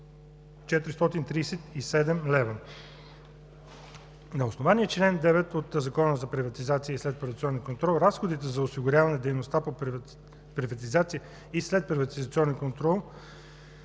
437 лв. На основание чл. 9 от Закона за приватизация и следприватизационен контрол разходите за осигуряване на дейността по приватизация и следприватизационен контрол